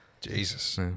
Jesus